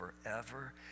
forever